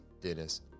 Dennis